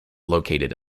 located